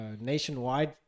nationwide